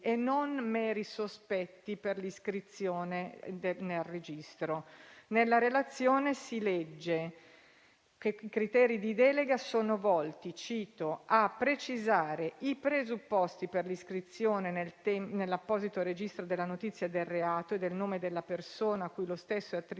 e non meri sospetti per l'iscrizione nel registro. Nella relazione si legge che i criteri di delega sono volti a «precisare i presupposti per l'iscrizione nell'apposito registro della notizia di reato e del nome della persona a cui lo stesso è attribuito,